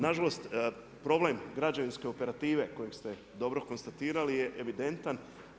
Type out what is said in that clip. Nažalost, problem građevinske operative koje ste dobro konstatirali je evidentan.